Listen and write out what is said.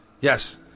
Yes